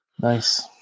Nice